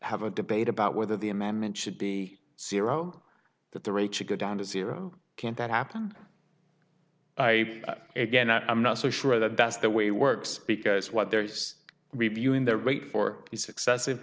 have a debate about whether the amendment should be ciro that the rate should go down to zero can't that happen i again i'm not so sure that that's the way it works because what there is reviewing their rate for the successive